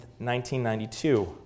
1992